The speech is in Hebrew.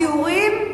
בדיווח, בתיאורים.